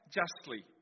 justly